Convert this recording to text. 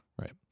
right